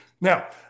Now